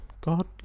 God